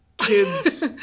Kids